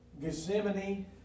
Gethsemane